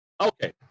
Okay